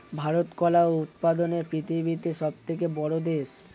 ভারত কলা উৎপাদনে পৃথিবীতে সবথেকে বড়ো দেশ